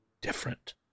different